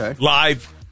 Live